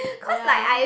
ya